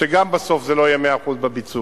וגם בסוף זה לא יהיה 100% בביצוע.